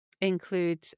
include